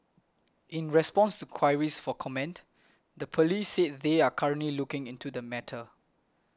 in response to queries for comment the police said they are currently looking into the matter